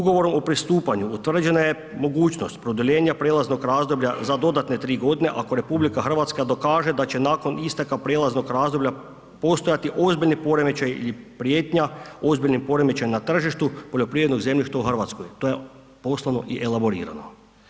Ugovor o pristupanju utvrđena je mogućnost produljenja prijelaznog razdoblja za dodatne 3.g. ako RH dokaže da će nakon isteka prijelaznog razdoblja postojati ozbiljni poremećaji ili prijetnja ozbiljnim poremećajem na tržištu poljoprivrednog zemljišta u RH, to je poslano i elaborirano.